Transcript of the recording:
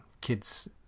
kids